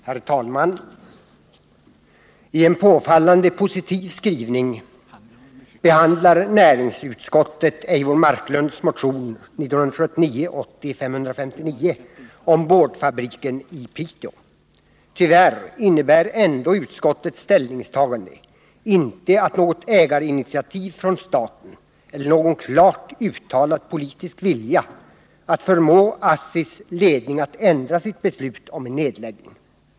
Herr talman! I en påfallande positiv skrivning behandlar näringsutskottet Eivor Marklunds motion 1979/80:559 om boardfabriken i Piteå. Tyvärr innebär ändå utskottets ställningstagande inte något ägarinitiativ från staten eller någon klart uttalad politisk vilja att förmå ASSI:s ledning att ändra sitt beslut om en nedläggning.